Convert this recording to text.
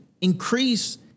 increase